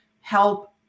help